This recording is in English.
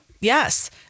Yes